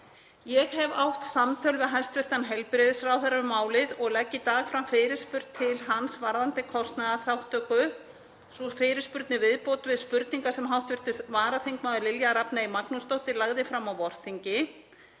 Ég hef átt samtöl við hæstv. heilbrigðisráðherra um málið og legg í dag fram fyrirspurn til hans varðandi kostnaðarþátttöku. Sú fyrirspurn er viðbót við fyrirspurn sem hv. varaþingmaður, Lilja Rafney Magnúsdóttir, lagði fram á vorþingi.